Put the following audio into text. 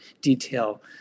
detail